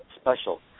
special